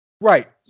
Right